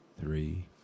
three